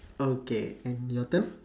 okay and your turn